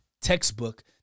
textbook